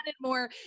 more